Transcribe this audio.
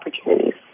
opportunities